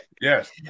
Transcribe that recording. Yes